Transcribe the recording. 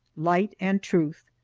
light and truth,